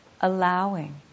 allowing